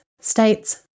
states